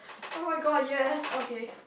oh my god yes okay